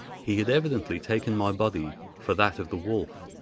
he had evidently taken my body for that of the wolf.